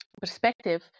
perspective